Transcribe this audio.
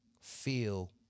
feel